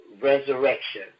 Resurrection